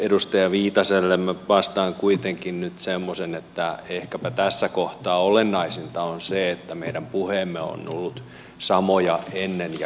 edustaja viitaselle minä vastaan kuitenkin nyt semmoisen että ehkäpä tässä kohtaa olennaisinta on se että meidän puheemme ovat olleet samoja ennen ja jälkeen vaalien